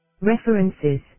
References